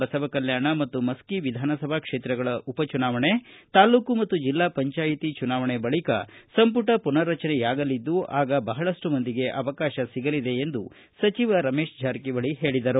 ಬಸವಕಲ್ಯಾಣ ಮತ್ತು ಮಸ್ಕಿ ವಿದಾನಸಭಾ ಕ್ಷೇತ್ರಗಳ ಉಪ ಚುನಾವಣೆ ತಾಲ್ಲೂಕು ಮತ್ತು ಜಲ್ಲಾ ಪಂಚಾಯ್ತಿ ಚುನಾವಣೆ ಬಳಿಕ ಸಂಪುಟ ಪುನಾರಚನೆ ಆಗಲಿದ್ದು ಆಗ ಬಹಳಷ್ಟು ಮಂದಿಗೆ ಅವಕಾಶ ಸಿಗಲಿದೆ ಎಂದು ಸಚಿವ ರಮೇಶ ಜಾರಕಿಹೊಳಿ ಹೇಳಿದರು